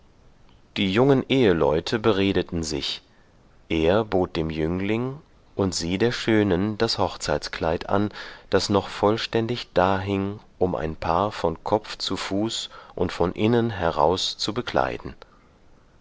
die jungen eheleute beredeten sich er bot dem jüngling und sie der schönen das hochzeitskleid an das noch vollständig dahing um ein paar von kopf zu fuß und von innen heraus zu bekleiden